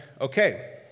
Okay